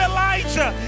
Elijah